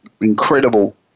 incredible